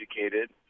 educated